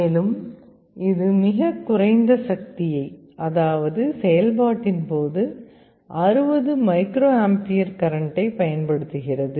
மேலும் இது மிகக் குறைந்த சக்தியை அதாவது செயல்பாட்டின் போது 60 மைக்ரோஅம்பியர் கரண்டை பயன்படுத்துகிறது